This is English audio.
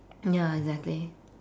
ya exactly